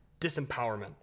disempowerment